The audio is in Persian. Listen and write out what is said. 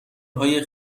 های